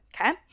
Okay